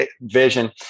vision